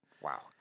Wow